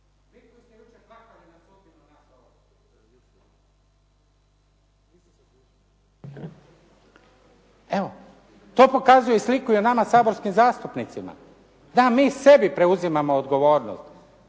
Evo, to pokazuje sliku i o nama saborskim zastupnicima., da mi sebi preuzimamo odgovornost,